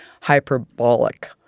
hyperbolic